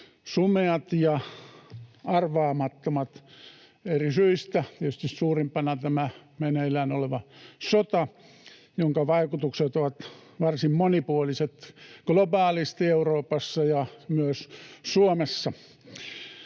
sumeat ja arvaamattomat eri syistä — tietysti suurimpana tämä meneillään oleva sota, jonka vaikutukset ovat varsin monipuoliset globaalisti Euroopassa ja myös Suomessa.